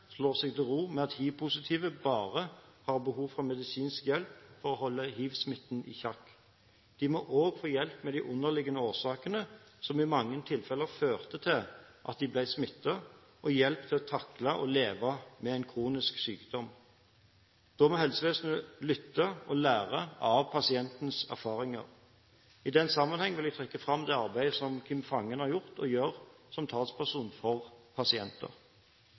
seg til ro med at hivpositive bare har behov for medisinsk hjelp for å holde hivsmitten i sjakk. De må òg få hjelp med de underliggende årsakene som i mange tilfeller førte til at de ble smittet, og hjelp til å takle og leve med en kronisk sykdom. Da må helsevesenet lytte og lære av pasientens erfaringer. I den sammenheng vil jeg trekke fram det arbeidet som Kim Fangen har gjort og gjør som talsperson for pasienter.